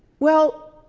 well,